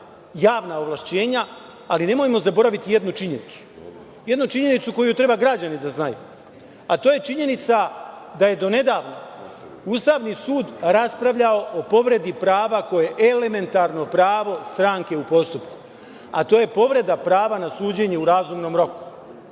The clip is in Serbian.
javna ovlašćenja, ali nemojmo zaboraviti jednu činjenicu, jednu činjenicu koju treba građani da znaju, a to je činjenica da je do nedavno Ustavni sud raspravljao o povredi prava koje je elementarno pravo stranke u postupku, a to je povreda prava na suđenja u razumnom